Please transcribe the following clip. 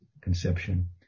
conception